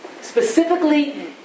specifically